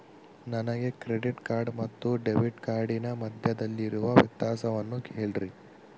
ನನಗೆ credit card ಮತ್ತು debit ಕಾರ್ಡಿನ ಮಧ್ಯದಲ್ಲಿರುವ ವ್ಯತ್ಯಾಸವನ್ನು ಹೇಳ್ರಿ?